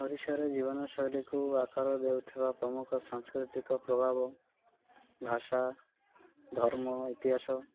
ଓଡ଼ିଶାରେ ଜୀବନଶୈଳୀକୁ ଆକାର ଦେଉଥିବା ପ୍ରମୁଖ ସାଂସ୍କୃତିକ ପ୍ରଭାବ ଭାଷା ଧର୍ମ ଇତିହାସ